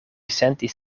sentis